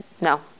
No